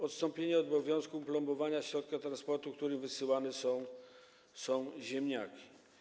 Odstąpiono od obowiązku plombowania środka transportu, którym wysyłane są ziemniaki.